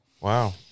Wow